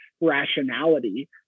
rationality